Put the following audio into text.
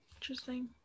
Interesting